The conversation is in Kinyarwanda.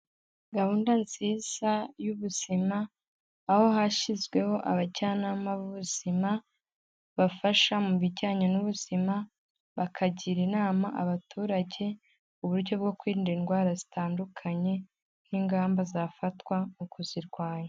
Gahunda nziza y'ubuzima, aho hashyizweho abajyanama b'ubuzima bafasha mu bijyanye n'ubuzima, bakagira inama abaturage uburyo bwo kwirinda indwara zitandukanye n'ingamba zafatwa mu kuzirwanya.